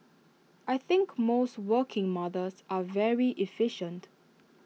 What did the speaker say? I think most working mothers are very efficient